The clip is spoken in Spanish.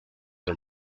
del